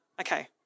Okay